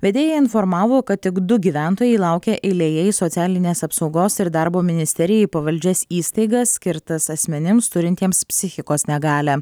vedėja informavo kad tik du gyventojai laukia eilėje į socialinės apsaugos ir darbo ministerijai pavaldžias įstaigas skirtas asmenims turintiems psichikos negalią